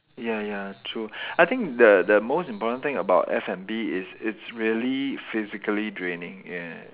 ya ya true I think the the most important thing about F&B is it's really physically draining yeah